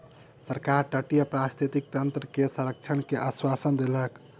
सरकार तटीय पारिस्थितिकी तंत्र के संरक्षण के आश्वासन देलक